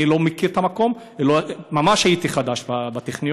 אני לא מכיר את המקום, ממש הייתי חדש בטכניון.